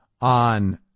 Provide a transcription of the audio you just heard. on